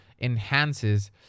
enhances